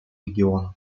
регионов